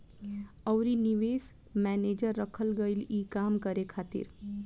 अउरी निवेश मैनेजर रखल गईल ई काम करे खातिर